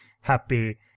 happy